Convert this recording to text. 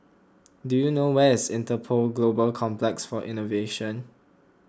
do you know where is Interpol Global Complex for Innovation